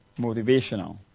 motivational